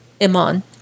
Iman